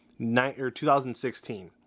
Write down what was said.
2016